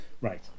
Right